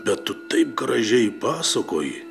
bet tu taip gražiai pasakoji